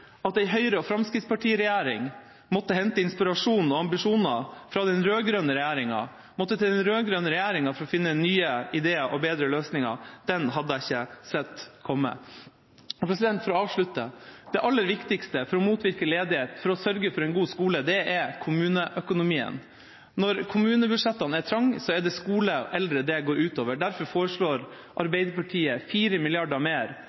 at en Høyre–Fremskrittsparti-regjering måtte hente inspirasjon og ambisjoner fra den rød-grønne regjeringa, måtte til den rød-grønne regjeringa for å finne nye ideer og bedre løsninger, hadde jeg ikke sett komme. For å avslutte: Det aller viktigste for å motvirke ledighet, for å sørge for en god skole er kommuneøkonomien. Når kommunebudsjettene er trange, er det skole og eldre det går ut over. Derfor foreslår Arbeiderpartiet 4 mrd. kr mer